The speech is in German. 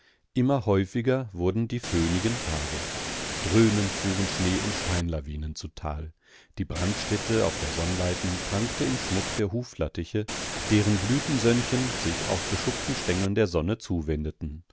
immer häufiger wurden die föhnigen tage dröhnend fuhren schnee und steinlawinen zu tal die brandstätte auf der sonnleiten prangte im schmuck der huflattiche deren blütensönnchen sich auf beschuppten stengeln der sonne zuwendeten